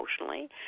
emotionally